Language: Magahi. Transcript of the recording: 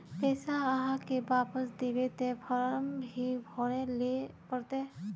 पैसा आहाँ के वापस दबे ते फारम भी भरें ले पड़ते?